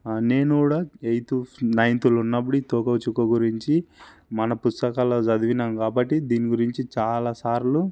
నేను కూడా ఎయితు నైన్తులో ఉన్నపుడు ఈ తోకచుక్క గురించి మన పుస్తకాల్లో చదివినాం కాబట్టి దీని గురించి చాలాసార్లు